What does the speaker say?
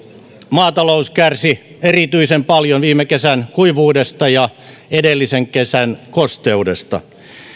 maatalous kärsi erityisen paljon viime kesän kuivuudesta ja edellisen kesän kosteudesta